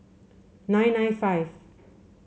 nine nine five